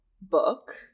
book